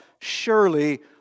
surely